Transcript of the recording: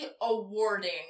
awarding